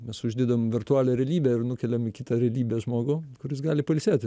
mes uždedam virtualią realybę ir nukeliam į kitą realybę žmogų kur jis gali pailsėti